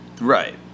right